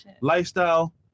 lifestyle